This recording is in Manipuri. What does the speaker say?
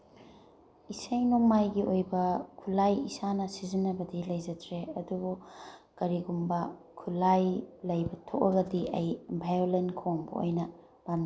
ꯏꯁꯩ ꯅꯣꯡꯃꯥꯏꯒꯤ ꯑꯣꯏꯕ ꯈꯨꯠꯂꯥꯏ ꯏꯁꯥꯅ ꯁꯤꯖꯤꯟꯅꯕꯗꯤ ꯂꯩꯖꯗ꯭ꯔꯦ ꯑꯗꯨꯕꯨ ꯀꯔꯤꯒꯨꯝꯕ ꯈꯨꯠꯂꯥꯏ ꯂꯩꯕ ꯊꯣꯛꯑꯒꯗꯤ ꯑꯩ ꯚꯥꯏꯌꯣꯂꯤꯟ ꯈꯣꯡꯕ ꯑꯣꯏꯅ ꯄꯥꯝ